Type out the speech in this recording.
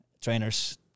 trainers